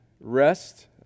rest